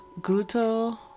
Gruto